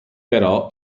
però